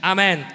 Amen